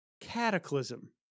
cataclysm